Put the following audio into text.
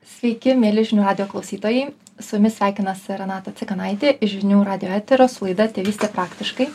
sveiki mieli žinių radijo klausytojai su jumis sveikinasi renata cikanaitė iš žinių radijo eterio su laida tėvystė praktiškai